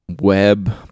web